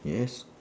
yes